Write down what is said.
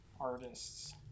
Artists